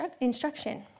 instruction